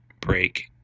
break